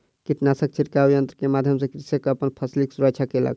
कीटनाशक छिड़काव यन्त्र के माध्यम सॅ कृषक अपन फसिलक सुरक्षा केलक